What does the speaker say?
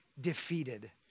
defeated